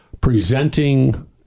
presenting